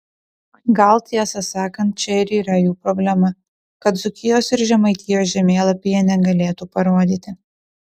gal tiesą sakant čia ir yra jų problema kad dzūkijos ir žemaitijos žemėlapyje negalėtų parodyti